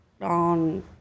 on